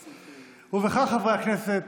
ובכך, חברי הכנסת,